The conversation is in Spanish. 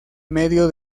medio